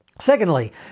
Secondly